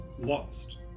Lost